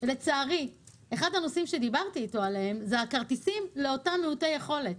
אחד הנושאים שדיברתי איתו עליו זה הכרטיסים לאותם מיעוטי יכולת,